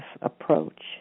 approach